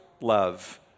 love